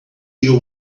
your